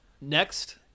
Next